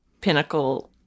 pinnacle